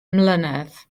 mlynedd